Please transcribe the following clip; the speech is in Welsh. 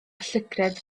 llygredd